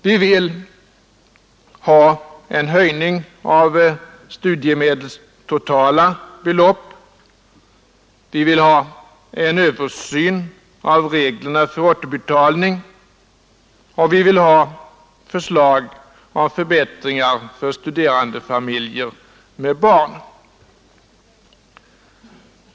Vi vill ha en höjning av studiemedlens totala belopp, vi vill ha en översyn av reglerna för återbetalning och vi vill ha förslag till förbättringar för studerandefamiljer med barn.